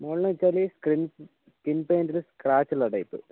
skin പാൻറ്റിൽ സ്ക്രാച്ചുള്ള type